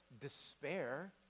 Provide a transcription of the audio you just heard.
despair